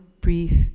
brief